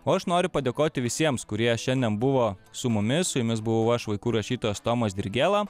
o aš noriu padėkoti visiems kurie šiandien buvo su mumis su jumis buvau aš vaikų rašytojas tomas dirgėla